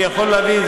אני יכול להביא,